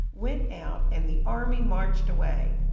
went out, and the army marched away.